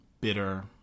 bitter